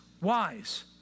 wise